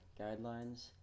guidelines